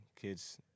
kids